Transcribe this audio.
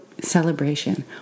celebration